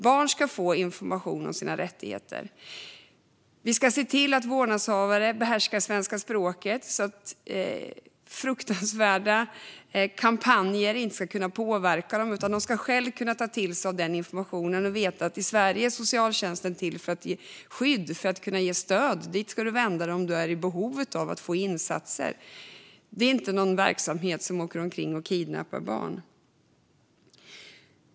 Barn ska få information om sina rättigheter, och vi ska se till att vårdnadshavare behärskar svenska språket så att fruktansvärda kampanjer inte påverkar dem. De ska själva kunna ta till sig information och veta att i Sverige är socialtjänsten till för att skydda och stödja och att det är dit man vänder sig om man har behov av insatser. Socialtjänsten kidnappar inte barn.